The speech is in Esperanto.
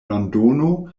londono